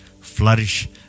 flourish